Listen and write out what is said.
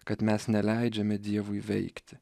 kad mes neleidžiame dievui veikti